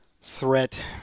threat